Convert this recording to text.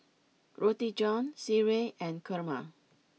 Roti John Sireh and Kurma